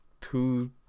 two